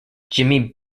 jimi